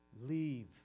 Leave